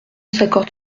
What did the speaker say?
s’accorde